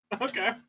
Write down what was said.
Okay